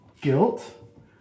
guilt